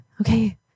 okay